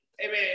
Amen